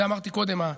את זה אמרתי קודם.